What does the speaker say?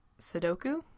Sudoku